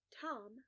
Tom